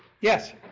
Yes